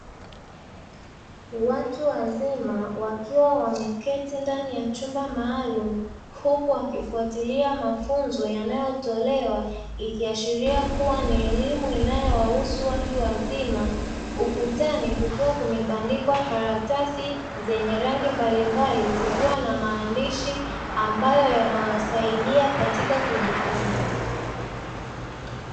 Watu wazima wakiwa wameketi ndani ya chumba maalumu huku wakifuatilia mafunzo yanayotolewa, ikiashiria kuwa ni elimu inayowahusu watu wazima. Ukutani kukiwa kumebandikwa karatasa zenye rangi mbalimbali, zikiwa na maandishi ambayo yanasaidia katika kujifunza.